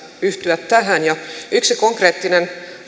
yhtyä tähän ja yksi konkreettinen